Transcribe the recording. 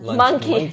monkey，